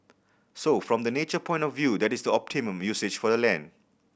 so from the nature point of view that is the optimum usage for the land